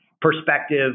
perspective